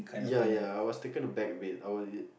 ya ya I was taken aback a bit I will